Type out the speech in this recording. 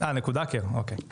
יש לך גם מצגת, נכון?